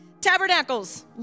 Tabernacles